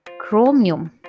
chromium